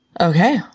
Okay